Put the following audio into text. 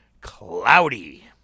Cloudy